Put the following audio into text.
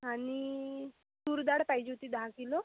आणि तूर डाळ पाहिजे होती दहा किलो